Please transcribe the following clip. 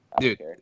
Dude